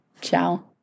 Ciao